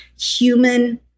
Human